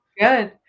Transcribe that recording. Good